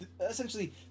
Essentially